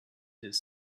his